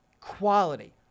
Quality